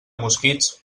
mosquits